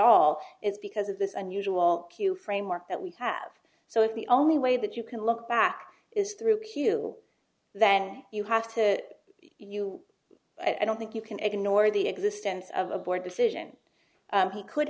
all is because of this unusual q framework that we have so it's the only way that you can look back is through he'll then you have to you i don't think you can ignore the existence of a board decision he could